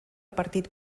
partit